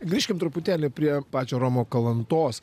grįžkim truputėlį prie pačio romo kalantos